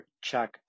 check